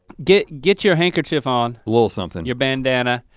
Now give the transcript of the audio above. get get your handkerchief on. lil' something. your bandana.